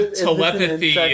telepathy